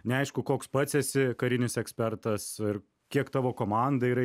neaišku koks pats esi karinis ekspertas ir kiek tavo komanda yra